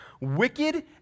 wicked